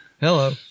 Hello